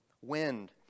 wind